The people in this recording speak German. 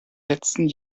letzten